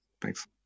Thanks